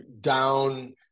down